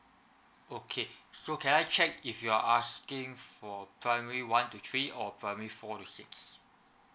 okay so can I check if you're asking for primary one to three or primary four to six